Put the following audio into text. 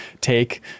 take